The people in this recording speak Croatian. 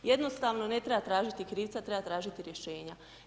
Jednostavno ne treba tražiti krivca, treba tražiti rješenja.